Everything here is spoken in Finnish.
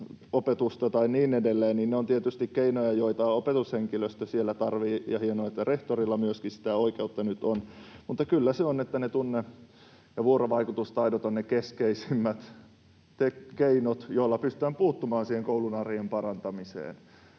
opetusta tai niin edelleen — ja ne ovat tietysti keinoja, joita opetushenkilöstö siellä tarvitsee, ja on hienoa, että rehtorilla myöskin sitä oikeutta nyt on — niin kyllä ne tunne- ja vuorovaikutustaidot ovat ne keskeisimmät keinot, joilla pystytään puuttumaan siihen koulun arjen parantamiseen.